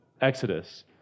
Exodus